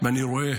ואני רואה,